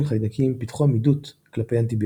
חיידקים פיתחו עמידות כלפי אנטיביוטיקה.